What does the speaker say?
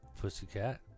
pussycat